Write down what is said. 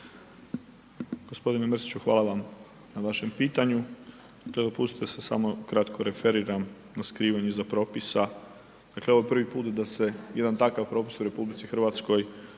g. Mrsiću hvala vam na vašem pitanju, te dopustite da se samo kratko referiram na skrivanju iza propisa, dakle ovo je prvi put da se jedan takav propis u RH donosi i da se